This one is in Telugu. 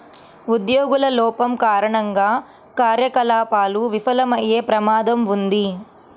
ఉద్యోగుల లోపం కారణంగా కార్యకలాపాలు విఫలమయ్యే ప్రమాదం ఉంది